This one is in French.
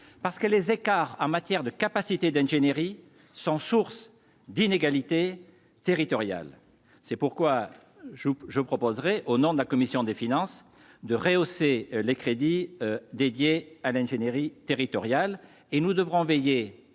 parce que les écarts en matière de capacité d'ingénierie sans source d'inégalités territoriales, c'est pourquoi je je proposerai au nom de la commission des finances de rehausser les crédits dédiée à l'ingénierie territoriale